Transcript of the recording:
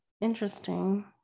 interesting